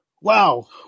wow